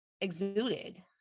exuded